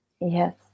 Yes